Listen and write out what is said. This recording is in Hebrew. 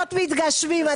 חלומות מתגשמים.